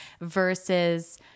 versus